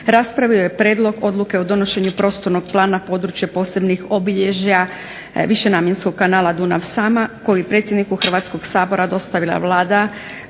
raspravio je Prijedlog odluke o donošenju prostornog plana područja posebnih obilježja višenamjenskog kanala Dunav – Sava koji je predsjedniku Hrvatskog sabora dostavila Vlada